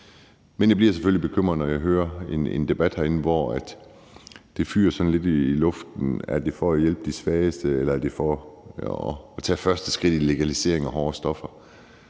men jeg bliver selvfølgelig bekymret, når jeg hører debatten herinde, hvor det blæser lidt i vinden, om det er for at hjælpe de svageste, eller om det er for at tage første skridt til en legalisering af hårde stoffer.